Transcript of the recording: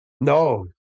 No